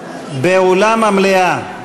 באולם המליאה,